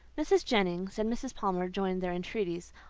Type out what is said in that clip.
mrs. jennings and mrs. palmer joined their entreaties,